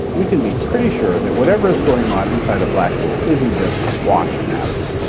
we can be pretty sure that whatever is going on inside a black hole isn't just squashed matter.